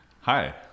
Hi